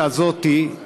אתה לא מרגיז אותו.